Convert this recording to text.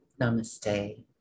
Namaste